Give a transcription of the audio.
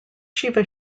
shiva